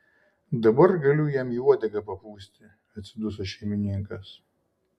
dabar galiu jam į uodegą papūsti atsiduso šeimininkas